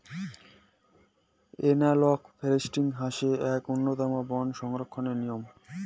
analogue forestry হসে আক উন্নতম বন সংরক্ষণের নিয়ম